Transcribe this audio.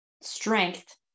strength